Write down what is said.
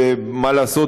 מה לעשות,